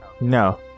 No